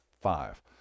five